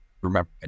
remember